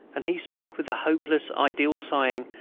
and he spoke with a hopeless ideal sighing,